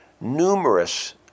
numerous